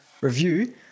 review